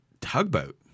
tugboat